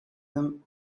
them